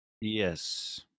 Yes